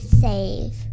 Save